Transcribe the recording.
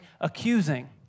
accusing